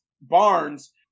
Barnes